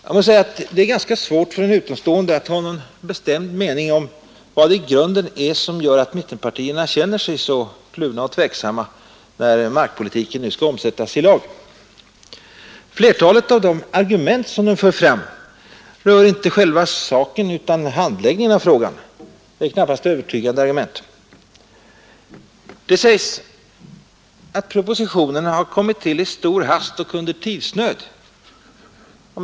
Jag måste säga att det är ganska svårt för en utomstående att ha någon bestämd mening om vad det i grunden är som gör att mittenpartierna känner sig så kluvna och tveksamma, när markpolitiken nu skall omsättas i lag. Flertalet av de argument som de för fram rör inte själva saken utan handläggningen av frågan. Argumenten är knappast övertygande. Det sägs att propositionen har kommit till i stor hast och under tidsnöd.